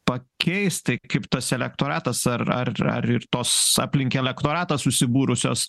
pakeist tai kaip tas elektoratas ar ar ar ir tos aplink elektoratą susibūrusios